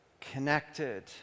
connected